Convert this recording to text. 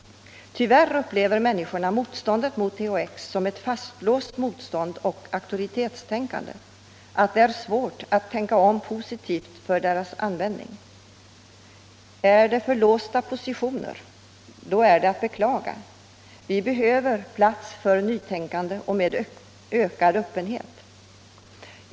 Tyvärr upplever människorna motståndet mot THX som ett fastlåst auktoritativt motstånd, att det är svårt att tänka om i positiv riktning så att medlet kan användas. Om positionerna är för låsta är det att beklaga. Vi behöver plats för nytänkande och ökad öppenhet.